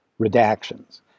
redactions